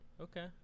Okay